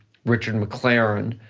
richard mclaren,